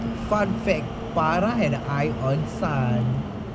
fun fact பாறா:paaraa and I on sun